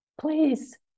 please